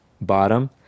bottom